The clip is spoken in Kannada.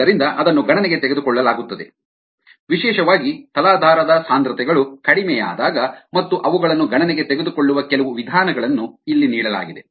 ಆದ್ದರಿಂದ ಅದನ್ನು ಗಣನೆಗೆ ತೆಗೆದುಕೊಳ್ಳಲಾಗುತ್ತದೆ ವಿಶೇಷವಾಗಿ ತಲಾಧಾರದ ಸಾಂದ್ರತೆಗಳು ಕಡಿಮೆಯಾದಾಗ ಮತ್ತು ಅವುಗಳನ್ನು ಗಣನೆಗೆ ತೆಗೆದುಕೊಳ್ಳುವ ಕೆಲವು ವಿಧಾನಗಳನ್ನು ಇಲ್ಲಿ ನೀಡಲಾಗಿದೆ